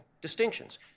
distinctions